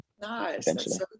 Nice